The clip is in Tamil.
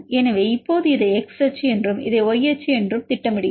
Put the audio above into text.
எனவே இப்போது இதை X அச்சு என்றும் இதை Y அச்சு என்றும் திட்டமிடுகிறோம்